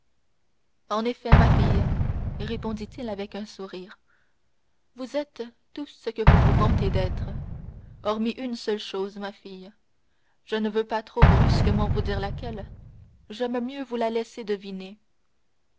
en effet ma fille répondit-il avec un sourire vous êtes tout ce que vous vous vantez d'être hormis une seule chose ma fille je ne veux pas trop brusquement vous dire laquelle j'aime mieux vous la laisser deviner